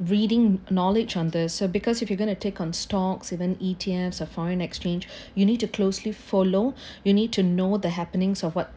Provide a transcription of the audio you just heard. reading knowledge on this so because if you're gonna take on stocks even E_T_F or foreign exchange you need to closely follow you need to know the happenings of what